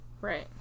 Right